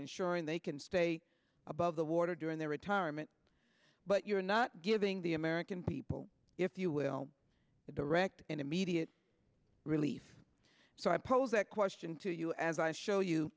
ensuring they can stay above the water during their retirement but you're not giving the american people if you will a direct and immediate relief so i pose that question to you as i show you